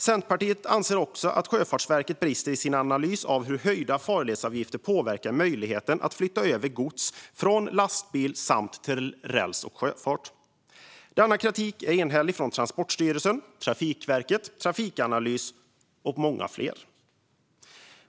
Centerpartiet anser också att Sjöfartsverket brister i sin analys av hur höjda farledsavgifter påverkar möjligheten att flytta över gods från lastbil och räls till sjöfart. Denna kritik är enhällig från Transportstyrelsen, Trafikverket, Trafikanalys med flera.